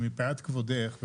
מפאת כבודתך,